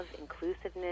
inclusiveness